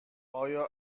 آیا